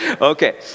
okay